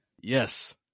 Yes